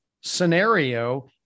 scenario